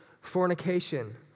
fornication